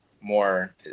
more